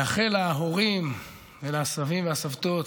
אני מאחל להורים ולסבים ולסבתות